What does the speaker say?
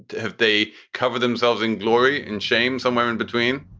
have they cover themselves in glory, in shame? somewhere in between?